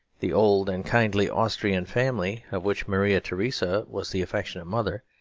the old and kindly austrian family, of which maria theresa was the affectionate mother,